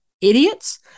Idiots